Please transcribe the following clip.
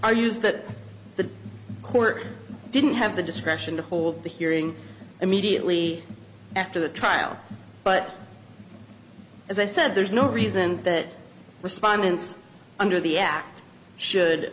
are used that the court didn't have the discretion to hold the hearing immediately after the trial but as i said there's no reason that respondents under the act